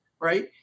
right